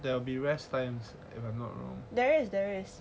there'll be rest time if I'm not wrong